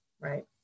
right